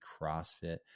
CrossFit